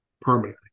permanently